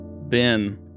Ben